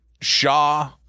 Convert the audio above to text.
Shaw